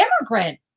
immigrant